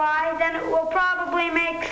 why then it will probably make